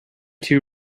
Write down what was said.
two